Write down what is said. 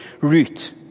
route